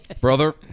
Brother